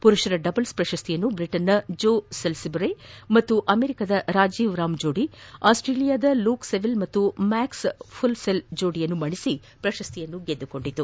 ಪುರುಷರ ಡಬಲ್ಲೆ ಪ್ರಶಸ್ತಿಯನ್ನು ಬ್ರಿಟನ್ನ ಜೋ ಸಲ್ಲಿಬುರೆ ಹಾಗೂ ಅಮೆರಿಕದ ರಾಜೀವ್ ರಾಮ್ ಜೋಡಿ ಆಸ್ವೇಲಿಯಾದ ಲೂಕ್ ಸೆವಿಲ್ಲೆ ಹಾಗೂ ಮ್ಯಾಕ್ಸ್ ಪುಲ್ಸೆಲ್ ಜೋಡಿಯನ್ನು ಮಣಿಸಿ ಪ್ರಶಸ್ತಿ ಗೆದ್ದುಕೊಂಡಿದೆ